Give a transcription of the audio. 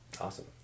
Awesome